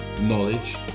knowledge